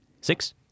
Six